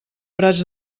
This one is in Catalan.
prats